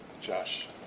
Josh